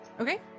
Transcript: Okay